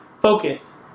focus